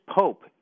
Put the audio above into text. pope